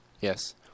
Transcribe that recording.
Yes